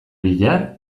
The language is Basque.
bihar